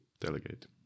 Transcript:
delegate